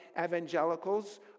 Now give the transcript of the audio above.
evangelicals